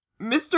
Mr